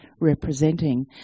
representing